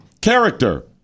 Character